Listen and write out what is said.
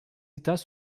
états